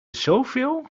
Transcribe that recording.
zoveel